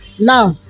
now